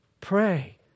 Pray